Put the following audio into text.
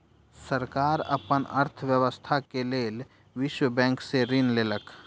सरकार अपन अर्थव्यवस्था के लेल विश्व बैंक से ऋण लेलक